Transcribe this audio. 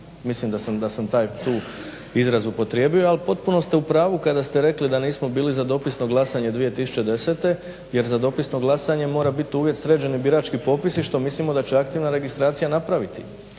Mislim da sam taj tu izraz upotrijebio, ali potpuno ste u pravu kada ste rekli da nismo bili za dopisno glasanje 2010. jer za dopisno glasanje mora biti uvjet sređeni birački popisi što mislimo da će aktivna registracija napraviti.